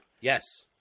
Yes